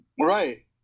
Right